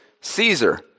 Caesar